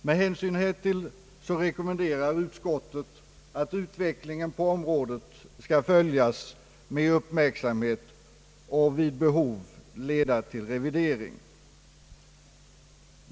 Med hänsyn härtill rekommenderar utskottet, att utvecklingen på området skall följas med uppmärksamhet och vid behov leda till revidering.